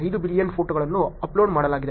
5 billion ಫೋಟೋಗಳನ್ನು upload ಮಾಡಲಾಗಿದೆ